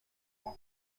las